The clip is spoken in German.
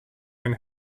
eine